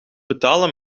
betalen